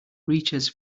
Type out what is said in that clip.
reaches